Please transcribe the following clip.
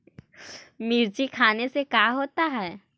मिर्ची खाने से का होता है?